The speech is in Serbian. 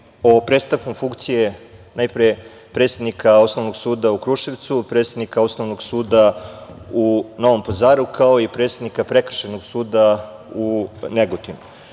o prestanku funkcije najpre predsednika Osnovnog suda u Kruševcu, predsednika Osnovnog suda u Novom Pazaru, kao i predsednika Prekršajnog suda u Negotinu. Naravno,